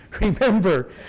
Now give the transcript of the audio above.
Remember